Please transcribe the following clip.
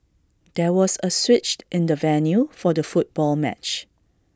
there was A switch in the venue for the football match